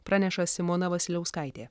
praneša simona vasiliauskaitė